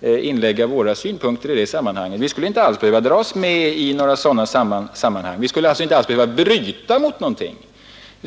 framlägga våra synpunkter i sammanhanget. Vi skulle inte alls dras ned i några nya engagemang. Vi skulle inte alls behöva bryta mot någonting.